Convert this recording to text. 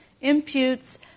imputes